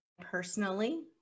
personally